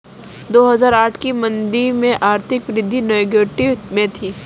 दो हजार आठ की मंदी में आर्थिक वृद्धि नेगेटिव में थी